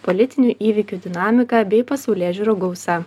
politinių įvykių dinamika bei pasaulėžiūrų gausa